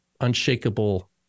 unshakable